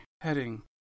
heading